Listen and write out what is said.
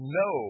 no